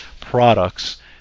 products